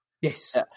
yes